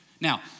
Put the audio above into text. Now